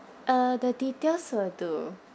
uh the details were to